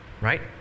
right